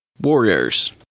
Warriors